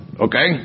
okay